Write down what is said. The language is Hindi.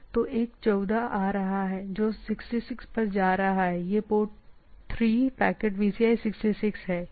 तो यह यहाँ के लिए है यह एक 14 आ रहा है तीन 66 पर जा रहा है यह पोर्ट 3 पैकेट VCI 66 है